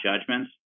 judgments